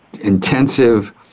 intensive